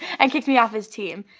and kicked me off his team.